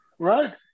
Right